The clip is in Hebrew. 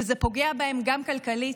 וזה פוגע בהם גם כלכלית,